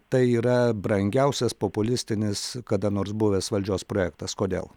tai yra brangiausias populistinis kada nors buvęs valdžios projektas kodėl